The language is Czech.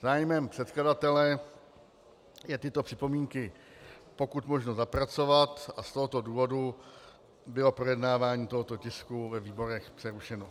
Zájmem předkladatele je tyto připomínky pokud možno zapracovat a z tohoto důvodu bylo projednávání tohoto tisku ve výborech přerušeno.